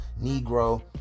negro